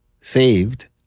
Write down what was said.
saved